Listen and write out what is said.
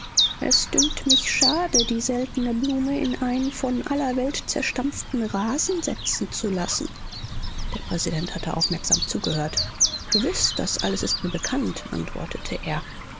es dünkt mich schade die seltene blume in einen von aller welt zerstampften rasen setzen zu lassen der präsident hatte aufmerksam zugehört gewiß das alles ist mir bekannt antwortete er